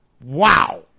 wow